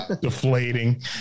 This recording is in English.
Deflating